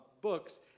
books